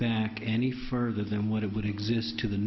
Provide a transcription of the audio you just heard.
back any further than what it would exist to the